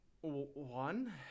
one